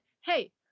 hey